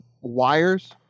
Wires